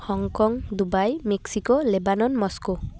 Hong Kong Dubai Mexico Lebanon Moscow